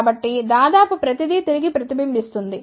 కాబట్టి దాదాపు ప్రతిదీ తిరిగి ప్రతిబింబిస్తుంది